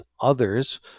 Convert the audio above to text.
others